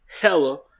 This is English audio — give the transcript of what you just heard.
hella